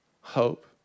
hope